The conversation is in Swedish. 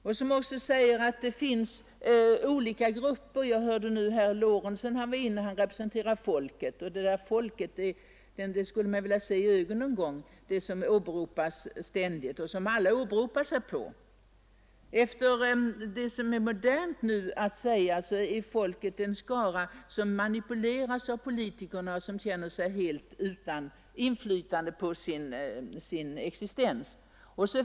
De säger också att det finns olika grupper — makthavarna och folket — jag hörde nu att herr Lorentzon representerade folket. Det där folket skulle man vilja se i ögonen någon gång, det som ständigt åberopas och som alla åberopar sig på. Enligt vad som nu är modernt att säga är folket en skara, som manipuleras av politikerna och som känner sig helt utan inflytande på sin existens.